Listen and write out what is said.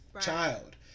child